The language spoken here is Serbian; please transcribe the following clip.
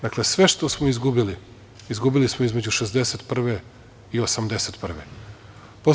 Dakle, sve što smo izgubili, izgubili smo između 1961. i 1981. godine.